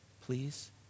Please